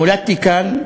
נולדתי כאן,